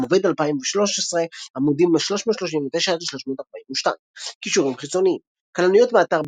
עם עובד 2013 עמ' 339–342 קישורים חיצוניים "כלניות" באתר